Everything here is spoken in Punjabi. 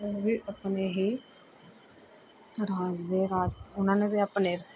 ਉਹ ਵੀ ਆਪਣੇ ਹੀ ਰਾਜ ਦੇ ਰਾਜ ਉਹਨਾਂ ਨੇ ਵੀ ਆਪਣੇ